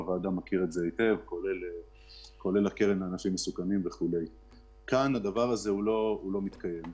כאן הדבר הזה לא מתקיים.